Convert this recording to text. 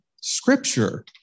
Scripture